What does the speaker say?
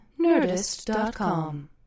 nerdist.com